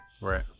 Right